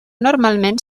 normalment